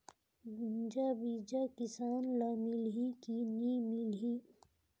गुनजा बिजा किसान ल मिलही की नी मिलही?